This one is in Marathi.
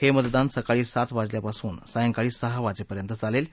हे मतदान सकाळी सात वाजल्यापासून सांयकाळी सहा वाजेपर्यंत चालेल